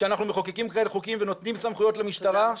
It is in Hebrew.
כשאנחנו מחוקקים כאלה חוקים ונותנים סמכויות למשטרה אנחנו